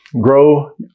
Grow